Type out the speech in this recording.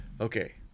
Okay